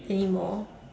anymore